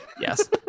Yes